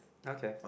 okay